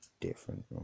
different